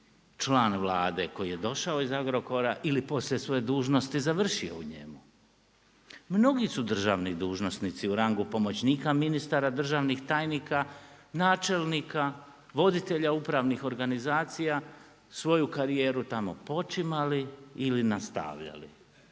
član Vlade koji je došao iz Agrokora ili poslije svoje dužnosti završio u njemu. Mnogi su državni dužnosnici u rangu pomoćnika ministara, državnih tajnika, načelnika, voditelja upravnih organizacija, svoju karijeru tamo počinjali ili nastavljali.